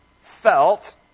felt